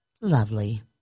lovely